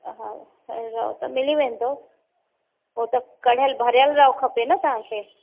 हा हा रओ त मिली वेंदो हो त कढ़ियल भरियल रओ खपे न तव्हांखे